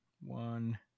one